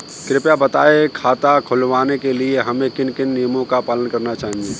कृपया बताएँ खाता खुलवाने के लिए हमें किन किन नियमों का पालन करना चाहिए?